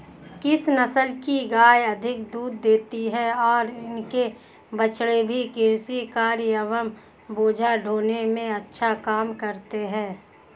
किस नस्ल की गायें अधिक दूध देती हैं और इनके बछड़े भी कृषि कार्यों एवं बोझा ढोने में अच्छा काम करते हैं?